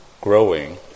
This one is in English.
growing